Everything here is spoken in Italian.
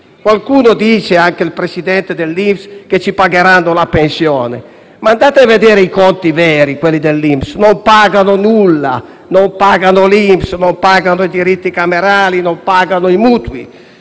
Qualcuno dice - anche il Presidente dell'INPS lo dice - che ci pagheranno la pensione, ma andate a vedere i conti veri dell'INPS e vedrete che non pagano nulla: non pagano l'INPS, non pagano i diritti camerali, non pagano i mutui.